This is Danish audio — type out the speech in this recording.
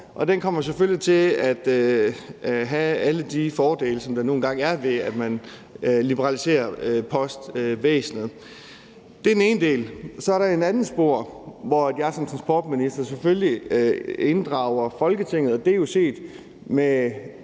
den kommer selvfølgelig til at have alle de fordele, der nu engang er ved, at man liberaliserer postvæsenet. Det er den ene del. Så er der et andet spor, hvor jeg som transportminister selvfølgelig inddrager Folketinget. Det er jo set med